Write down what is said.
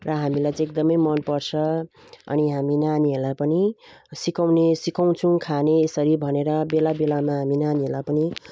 र हामीलाई चाहिँ एकदमै मन पर्छ अनि हामी नानीहरूलाई पनि सिकाउनु सिकाउँछौँ खाने यसरी भनेर बेला बेलामा हामी नानीहरूलाई पनि